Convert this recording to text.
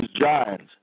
giants